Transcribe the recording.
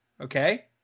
Okay